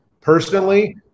Personally